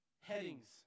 headings